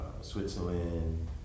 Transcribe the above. Switzerland